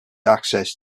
access